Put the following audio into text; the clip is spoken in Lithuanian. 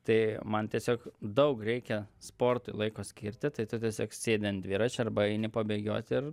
tai man tiesiog daug reikia sportui laiko skirti tai tu tiesiog sėdi ant dviračio arba eini pabėgiot ir